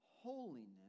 holiness